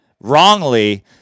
wrongly